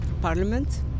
parliament